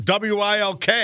Wilk